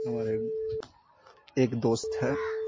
ہمارے ایک دوست ہے